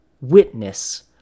witness